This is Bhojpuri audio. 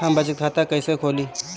हम बचत खाता कईसे खोली?